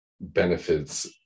benefits